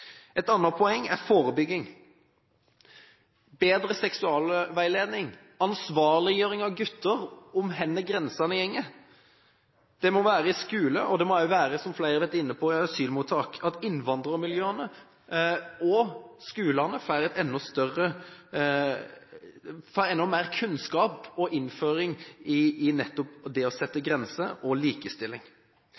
Et annet poeng er forebygging. Man må få bedre seksualveiledning og ansvarliggjøring av gutter når det gjelder hvor grensene går. Det må skje i skolen, og det må, som flere har vært inne på, skje i asylmottak. Innvandrermiljøene og skolene må få enda mer kunnskap og innføring i nettopp det å sette